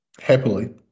Happily